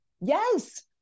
yes